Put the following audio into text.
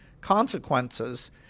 consequences